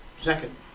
Second